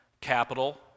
capital